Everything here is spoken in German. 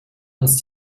uns